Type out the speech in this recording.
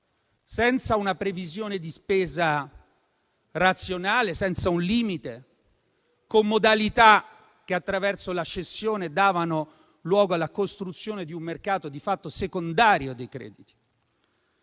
senza una previsione di spesa razionale, senza un limite e con modalità che, attraverso la cessione, hanno dato luogo alla costruzione di un mercato di fatto secondario dei crediti,